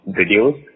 videos